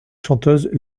chanteuse